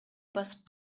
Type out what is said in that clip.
басып